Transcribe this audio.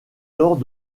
lors